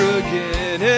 again